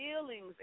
feelings